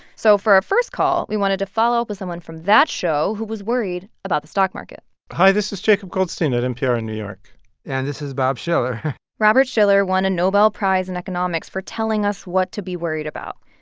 so for our first call, we wanted to follow up with someone from that show who was worried about the stock market hi, this is jacob goldstein at npr in new york and this is bob shiller robert shiller won a nobel prize in economics for telling us what to be worried about.